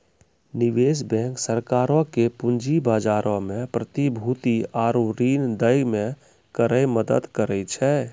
निवेश बैंक सरकारो के पूंजी बजारो मे प्रतिभूति आरु ऋण दै मे करै मदद करै छै